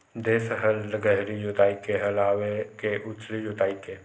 देशी हल गहरी जोताई के हल आवे के उथली जोताई के?